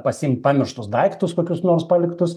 pasiimti pamirštus daiktus kokius nors paliktus